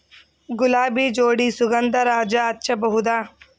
ಗುಲಾಬಿ ಜೋಡಿ ಸುಗಂಧರಾಜ ಹಚ್ಬಬಹುದ?